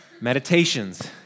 meditations